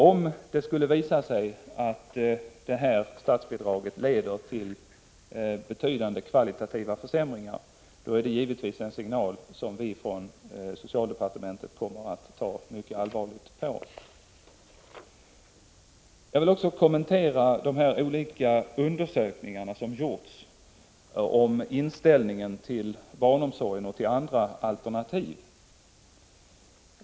Om det skulle visa sig att statsbidraget leder till betydande kvalitetsförsämringar är det givetvis en signal som vi från socialdepartementet kommer att ta mycket allvarligt på. Jag vill också kommentera de olika undersökningar som gjorts om inställningen till barnomsorg och till andra alternativ.